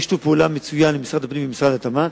יש שיתוף פעולה מצוין בין משרד הפנים למשרד התמ"ת.